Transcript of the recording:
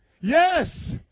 Yes